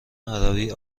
عربی